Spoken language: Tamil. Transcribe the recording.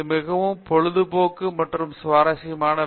இது மிகவும் பொழுதுபோக்கு மற்றும் சுவாரஸ்யமான வேலை